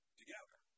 together